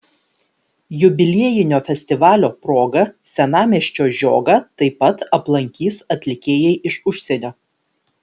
jubiliejinio festivalio proga senamiesčio žiogą taip pat aplankys atlikėjai iš užsienio